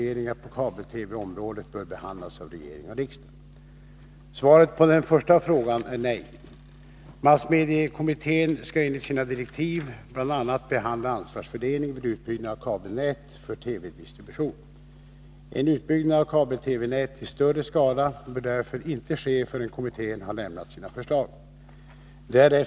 Frågan om den framtida kabel-TV-verksamheten behandlas nu av massmediekommittén. Det är viktigt att denna kan arbeta förutsättningslöst. 2. Om inte, anser regeringen att televerket skall avvakta massmediekommitténs förslag? 3.